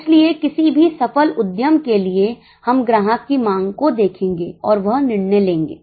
इसलिए किसी भी सफल उद्यम के लिए हम ग्राहक की मांग को देखेंगे और वह निर्णय लेंगे